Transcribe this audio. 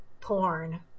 porn